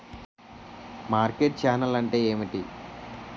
Market channel అంటే ఏమిటి?